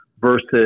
versus